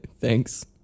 Thanks